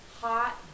hot